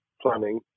planning